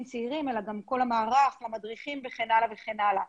צעירים אלא גם כל מערך המדריכים וכן הלאה וכן הלאה.